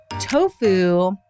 Tofu